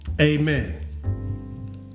amen